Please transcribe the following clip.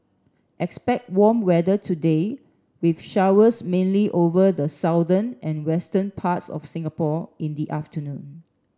expect warm weather today with showers mainly over the southern and western parts of Singapore in the afternoon